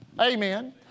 Amen